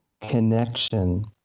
connection